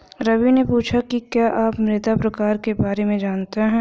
रवि ने पूछा कि क्या आप मृदा प्रकार के बारे में जानते है?